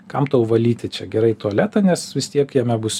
kam tau valyti čia gerai tualetą nes vis tiek jame bus